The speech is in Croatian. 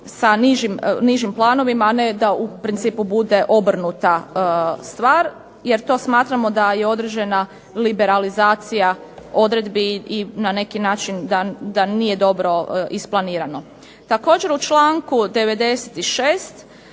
sa nižim planovima, ne da u principu bude obrnuta stvar, jer to smatramo da je određena liberalizacija odredbi i na neki način da nije dobro isplanirano. Također u članku 96.